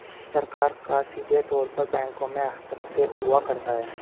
सरकार का सीधे तौर पर बैंकों में हस्तक्षेप हुआ करता है